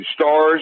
stars